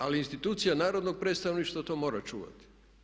Ali institucija narodnog predstavništva to mora čuvati.